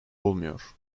olmuyor